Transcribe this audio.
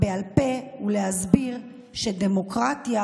בעל פה ולהסביר שדמוקרטיה